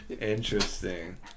Interesting